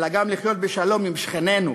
אלא גם לחיות בשלום עם שכנינו.